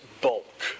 bulk